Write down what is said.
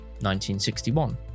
1961